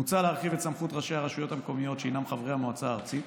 מוצע להרחיב את סמכות ראשי הרשויות המקומיות שהם חברי המועצה הארצית